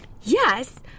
Yes